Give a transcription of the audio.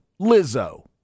Lizzo